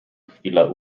chwile